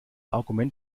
argument